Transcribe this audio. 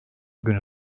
günü